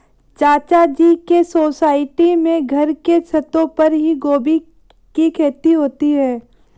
चाचा जी के सोसाइटी में घर के छतों पर ही गोभी की खेती होती है